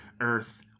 earth